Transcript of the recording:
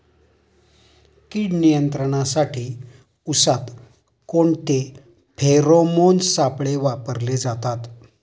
कीड नियंत्रणासाठी उसात कोणते फेरोमोन सापळे वापरले जातात?